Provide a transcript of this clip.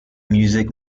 music